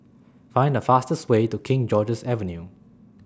Find The fastest Way to King George's Avenue